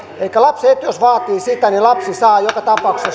elikkä jos lapsen etu vaatii sitä niin lapsi saa joka tapauksessa